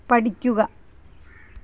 പഠിക്കുക